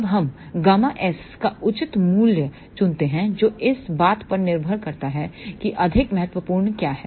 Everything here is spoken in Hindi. तब हम ΓS का उचित मूल्य चुनते हैं जो इस बात पर निर्भर करता है कि अधिक महत्वपूर्ण क्या है